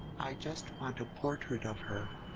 i just want a portrait of her.